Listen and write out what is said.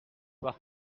par